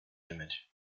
image